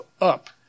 up